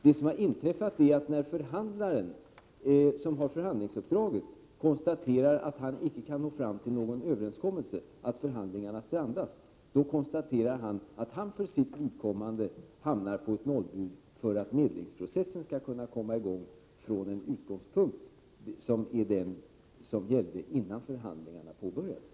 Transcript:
Det som har inträffat är att den förhandlare som har förhandlingsuppdraget har sett att han icke kan nå fram till någon överenskommelse, att förhandlingarna har strandat, och han konstaterar då att han för sitt vidkommande hamnar på ett nollbud för att medlingsprocessen skall kunna komma i gång från den utgångspunkt som gällde innan förhandlingarna påbörjades.